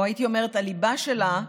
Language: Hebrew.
או הייתי אומרת הליבה שלה,